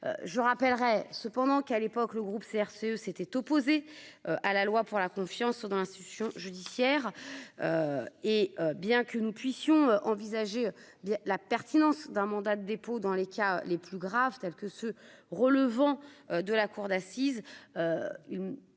je rappellerai cependant qu'à l'époque, le groupe CRCE, s'étaient opposés à la loi pour la confiance dans l'institution judiciaire et, bien que nous puissions envisager la pertinence d'un mandat de dépôt dans les cas les plus graves, tels que ceux relevant de la cour d'assises